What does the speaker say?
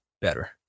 better